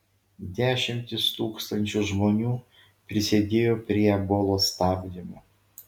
dešimtys tūkstančių žmonių prisidėjo prie ebolos stabdymo